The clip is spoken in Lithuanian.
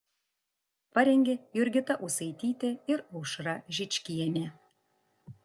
parengė jurgita ūsaitytė ir aušra žičkienė